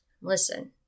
Listen